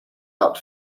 out